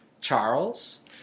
Charles